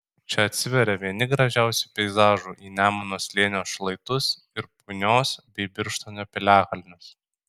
čia atsiveria vieni gražiausių peizažų į nemuno slėnio šlaitus ir punios bei birštono piliakalnius